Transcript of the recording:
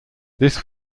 this